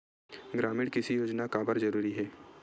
ग्रामीण कृषि योजना काबर जरूरी हे?